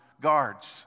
guards